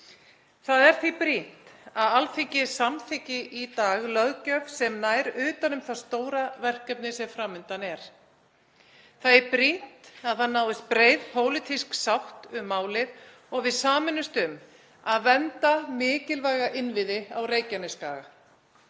Það er því brýnt að Alþingi samþykki í dag löggjöf sem nær utan um það stóra verkefni sem fram undan er. Það er brýnt að það náist breið pólitísk sátt um málið og við sameinumst um að vernda mikilvæga innviði á Reykjanesskaga.